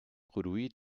produit